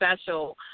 special